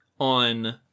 on